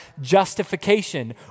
justification